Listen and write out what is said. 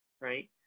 right